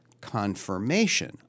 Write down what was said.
confirmation